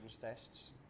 tests